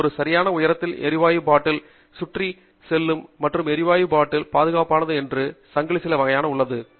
அது ஒரு சரியான உயரத்தில் எரிவாயு பாட்டில் சுற்றி செல்லும் மற்றும் எரிவாயு பாட்டில் பாதுகாக்கிறது என்று சங்கிலி சில வகையான இருக்க வேண்டும்